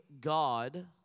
God